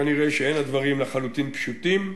כנראה אין הדברים לחלוטין פשוטים,